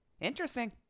interesting